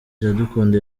iradukunda